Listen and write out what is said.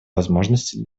возможностей